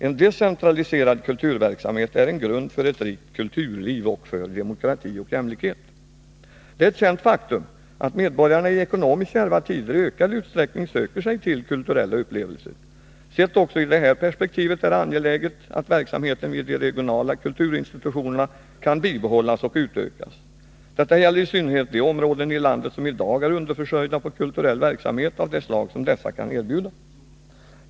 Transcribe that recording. En decentraliserad kulturverksamhet är en grund för ett rikt kulturliv och för demokrati och jämlikhet. ——— Det är ett känt faktum att medborgarna i ekonomiskt kärva tider i ökad utsträckning söker sig till kulturella upplevelser. Sett också i detta perspektiv är det angeläget att verksamheten vid de regionala kulturinstitutionerna kan bibehållas och utökas. Detta gäller i synnerhet de områden i landet som i dag är underförsörjda på kulturell verksamhet av det slag som dessa kan erbjuda.